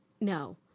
No